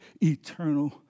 eternal